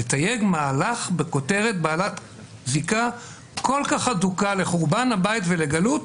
לתייג מהלך בכותרת בעלת זיקה כל כך הדוקה לחורבן הבית ולגלות?